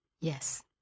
Yes